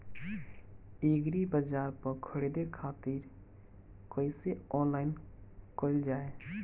एग्रीबाजार पर खरीदे खातिर कइसे ऑनलाइन कइल जाए?